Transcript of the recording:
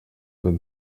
been